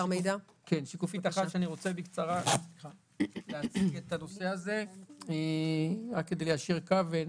אני רוצה להציג את הנושא הזה בקצרה רק כדי ליישר קו.